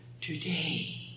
Today